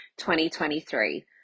2023